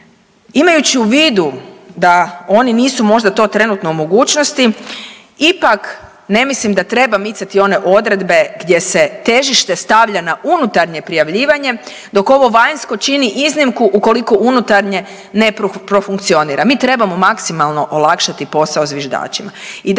imajući u vidu da oni nisu možda to trenutno u mogućnosti ipak ne mislim da treba micati one odredbe gdje se težište stavlja na unutarnje prijavljivanje dok ovo vanjsko čini iznimku ukoliko unutarnje ne funkcionira. Mi trebamo maksimalno olakšati posao zviždačima